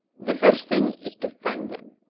the first thing is to find them.